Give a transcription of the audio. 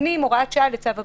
מתקנים הוראת שעה לצו הבידוד.